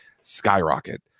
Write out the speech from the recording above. skyrocket